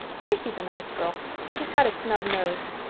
gracie's a nice girl but she's got a snub nose.